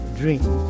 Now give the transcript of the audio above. dream